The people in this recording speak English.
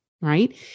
right